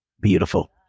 beautiful